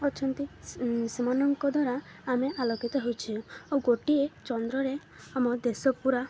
ଅଛନ୍ତି ସେମାନଙ୍କ ଦ୍ୱାରା ଆମେ ଆଲୋକିତ ହଉଛୁ ଓ ଗୋଟିଏ ଚନ୍ଦ୍ରରେ ଆମ ଦେଶ ପୁରା